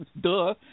duh